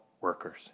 workers